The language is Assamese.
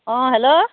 অঁ হেল্ল'